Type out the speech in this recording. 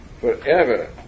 forever